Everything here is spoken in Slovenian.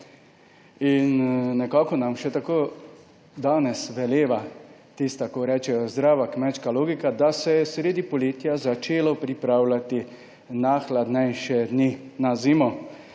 Nekako nam še danes veleva tisto, ko rečejo, zdrava kmečka logika, da se je sredi poletja začelo pripravljati na hladnejše dni, na zimo